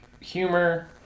Humor